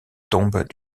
tombe